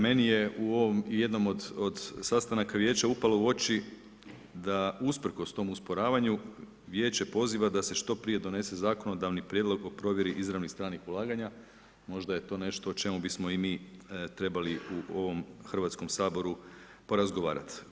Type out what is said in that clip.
Meni je u ovom jednom od sastanaka Vijeća upalo u oči da usprkos tom usporavanju, Vijeće poziva da se što prije donese zakonodavni prijedlog o provjeri izravnih stranih ulaganja, možda je to nešto o čemu bismo i mi trebali u ovom HS-u porazgovarati.